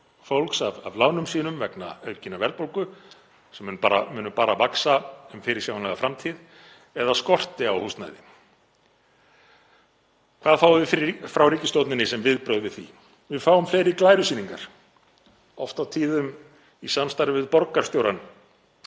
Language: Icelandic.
fólks af lánum sínum vegna aukinnar verðbólgu, sem munu bara vaxa um fyrirsjáanlega framtíð, eða skorti á húsnæði. Hvað fáum við frá ríkisstjórninni sem viðbrögð við því? Við fáum fleiri glærusýningar, oft og tíðum í samstarfi við borgarstjórann